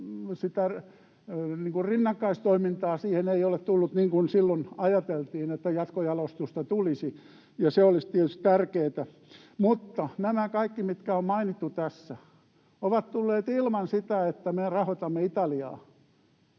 rinnakkaistoimintaa siihen ei ole tullut niin kuin silloin ajateltiin, että jatkojalostusta tulisi, ja se olisi tietysti tärkeätä. Mutta nämä kaikki, mitkä on mainittu tässä, ovat tulleet ilman sitä, että me rahoitamme Italiaa.